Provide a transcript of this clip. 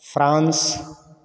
France